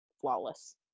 flawless